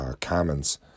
Commons